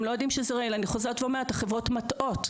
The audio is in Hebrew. הם לא יודעים שזה רעיל אני חוזרת ואומרת החברות מטעות.